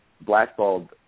blackballed